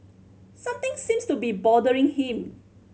something seems to be bothering him